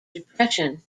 depression